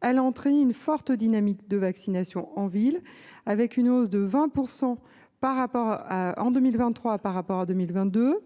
Elle a entraîné une forte dynamique de vaccination en ville, avec une hausse de 20 % en 2023 par rapport à 2022.